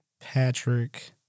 Patrick